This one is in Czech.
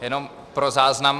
Jenom pro záznam.